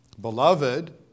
Beloved